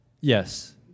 Yes